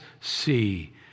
see